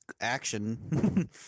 action